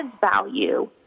value